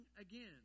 again